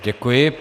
Děkuji.